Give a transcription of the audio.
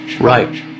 Right